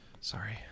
Sorry